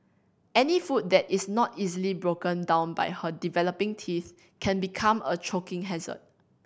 any food that is not easily broken down by her developing teeth can become a choking hazard